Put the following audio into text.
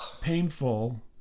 painful